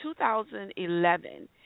2011